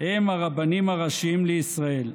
הם הרבנים הראשיים לישראל.